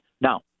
Now